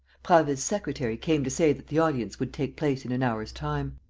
prasville's secretary came to say that the audience would take place in an hour's time.